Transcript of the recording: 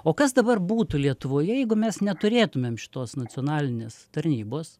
o kas dabar būtų lietuvoje jeigu mes neturėtumėm šitos nacionalinės tarnybos